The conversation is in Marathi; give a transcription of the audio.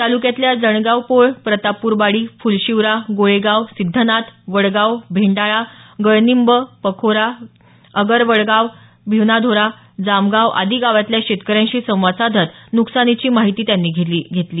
तालुक्यातल्या जणगाव पोळ प्रतापपूर बाडी फुलशिवरा गोळेगाव सिद्धनाथ वडगाव भेंडाळा गळनिंब पखोरा गळनिंब अगर वाडगाव भिवधानोरा जामगाव आदी गावातल्या शेतकऱ्यांशी संवाद साधत नुकसानीची माहिती त्यांनी घेतली